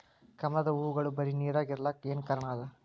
ಕಮಲದ ಹೂವಾಗೋಳ ಬರೀ ನೀರಾಗ ಇರಲಾಕ ಏನ ಕಾರಣ ಅದಾ?